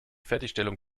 fertigstellung